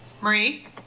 marie